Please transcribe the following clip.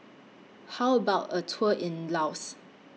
How about A Tour in Laos